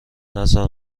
نزار